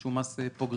שהוא מס פרוגרסיבי.